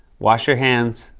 wash your hands.